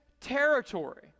territory